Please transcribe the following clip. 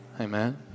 Amen